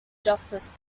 justice